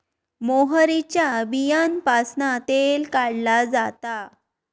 मोहरीच्या बीयांपासना तेल काढला जाता